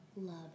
love